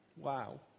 Wow